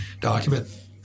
document